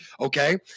okay